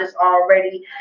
already